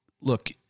Look